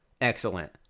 Excellent